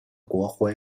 国徽